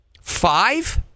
five